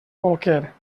bolquer